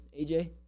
AJ